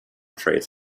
trees